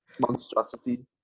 monstrosity